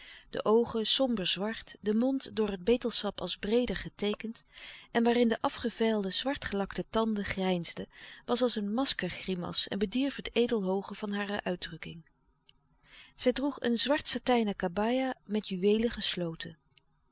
de oogen somber zwart den mond door het betelsap als breeder geteekend en waarin de afgevijlde zwart gelakte tanden grijnsden was als een maskergrimas en bedierf het edel hooge van hare uitdrukking zij droeg een zwart satijnen kabaia met juweelen gesloten